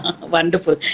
Wonderful